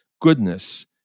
goodness